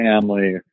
family